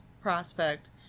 prospect